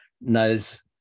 knows